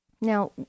Now